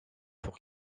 pour